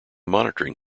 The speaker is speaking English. monitoring